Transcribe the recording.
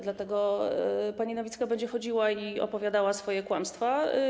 Dlatego pani Nowicka będzie chodziła i opowiadała swoje kłamstwa.